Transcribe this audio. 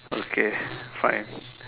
okay fine